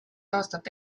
aastat